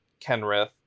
kenrith